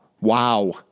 Wow